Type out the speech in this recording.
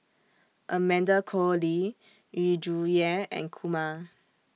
Amanda Koe Lee Yu Zhuye and Kumar